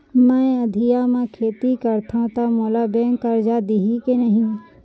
मैं अधिया म खेती करथंव त मोला बैंक करजा दिही के नही?